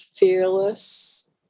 fearless